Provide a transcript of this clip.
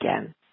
again